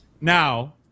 Now